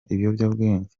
ibiyobyabwenge